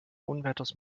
unwetters